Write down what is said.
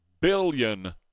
billion